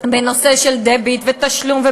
בנושא של דביט ותשלום במזומן,